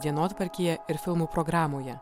dienotvarkėje ir filmų programoje